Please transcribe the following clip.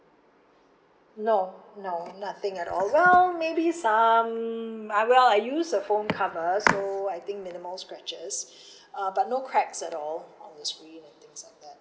no no nothing at all well maybe some I well I use a phone cover so I think minimal scratches uh but no cracks at all on the screen and things like that